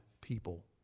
people